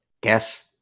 guess